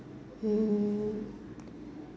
mm